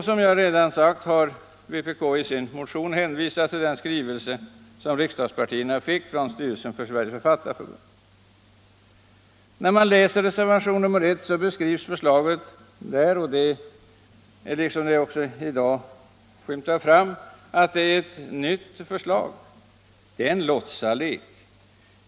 Som jag redan har sagt har vpk i sin motion hänvisat till den skrivelse som riksdagspartierna fick från styrelsen för Sveriges författarförbund. I reservationen 1 beskrivs förslaget — det skymtar fram också i dag — som ett nytt förslag. Men det är en låtsaslek.